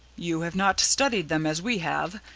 you have not studied them as we have,